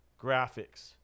Graphics